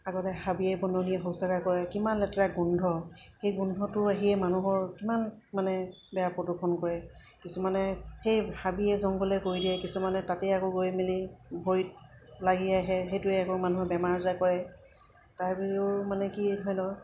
আগতে হাবিয়ে বনিয়ে শৌচাগাৰ কৰে কিমান লেতেৰা গোন্ধ সেই গোন্ধটো আহিয়ে মানুহৰ কিমান মানে বেয়া প্ৰদূষণ কৰে কিছুমানে সেই হাবিয়ে জংঘলে কৰি দিয়ে কিছুমানে তাতে আকৌ গৈ মেলি ভৰিত লাগি আহে সেইটোৱে আকৌ মানুহে বেমাৰ আজাৰ কৰে তাৰ বাহিৰেও মানে কি ধৰি লওক